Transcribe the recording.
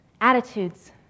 attitudes